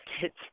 kids